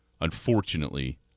unfortunately